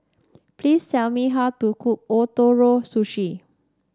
please tell me how to cook Ootoro Sushi